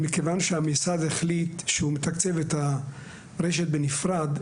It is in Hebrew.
מכיוון שהמשרד החליט שהוא מתקצב את הרשת בנפרד,